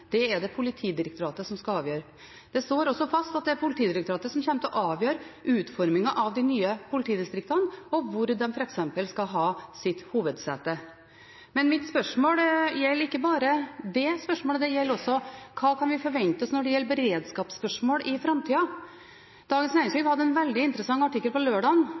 Det er det Politidirektoratet som skal avgjøre. Det står også fast at det er Politidirektoratet som kommer til å avgjøre utforminga av de nye politidistriktene og f.eks. hvor de skal ha sitt hovedsete. Men mitt spørsmål gjelder ikke bare det, det gjelder også: Hva kan vi forvente oss når det gjelder beredskapsspørsmål i framtida? Dagens Næringsliv hadde en veldig interessant artikkel på